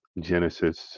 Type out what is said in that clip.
Genesis